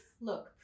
Look